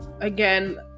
again